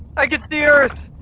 i can see earth!